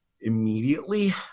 immediately